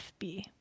FB